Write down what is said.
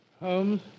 Holmes